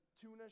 Tuna